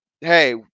hey